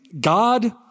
God